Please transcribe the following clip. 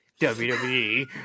WWE